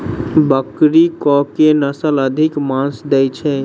बकरी केँ के नस्ल अधिक मांस दैय छैय?